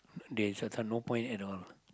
they that's why no point at all